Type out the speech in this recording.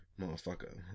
Motherfucker